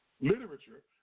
literature